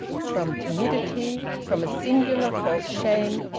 from timidity, from a singular false shame,